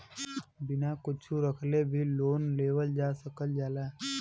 बिना कुच्छो रखले भी लोन लेवल जा सकल जाला